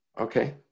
Okay